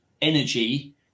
energy